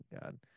God